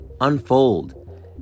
unfold